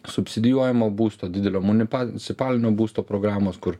subsidijuojamo būsto didelio municipalinio būsto programos kur